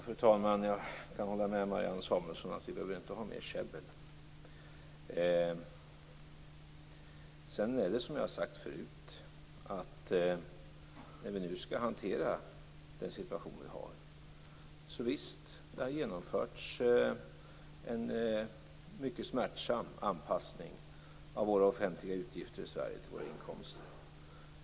Fru talman! Jag kan hålla med Marianne Samuelsson om att vi inte behöver mera käbbel. Det är som jag förut har sagt. När vi nu skall hantera den situation vi har så har det förvisso genomförts en mycket smärtsam anpassning i Sverige av våra offentliga utgifter till våra inkomster.